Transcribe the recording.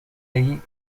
ahí